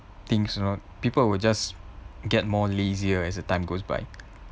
things you know people will just get more lazier as the time goes by